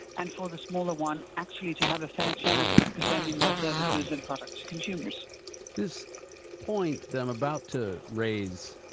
and for the smaller one actually to have a fair chance of presenting their services and products to consumers this point that i'm about to raise,